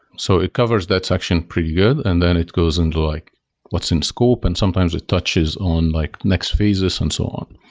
so it covers that section pretty good and then it goes into like what's in scope and sometimes it touches on like next phases and so on